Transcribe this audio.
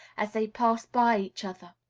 as they pass by each other,